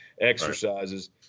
exercises